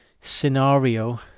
scenario